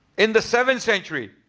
in the seventh century.